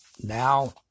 Now